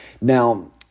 Now